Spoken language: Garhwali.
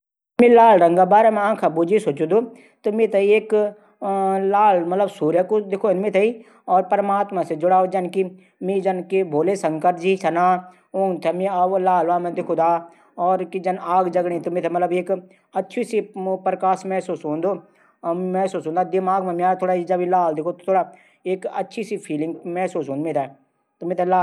मेथे सफर दौरान औडियो बुक पण अछू लगदू। औडियोबुक मा हम मोटिवेशनल और ज्ञानवर्धक बुक भी सुणी सकदा। इले मेथे औडियोबुक पण ज्यादा पःसद चा।